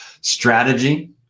Strategy